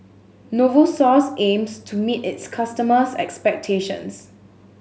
novosource aims to meet its customers' expectations